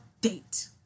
date